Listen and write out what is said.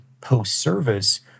post-service